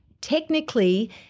technically